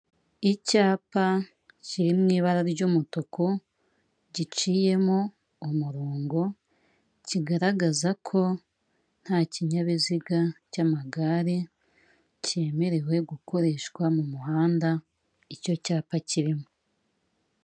Icyapa kiri mw'ibara ry'umutuku giciyemo umurongo kigaragaza ko nta kinyabiziga cy'amagare cyemerewe gukoreshwa mu muhanda icyo cyapa kirimo.